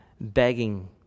begging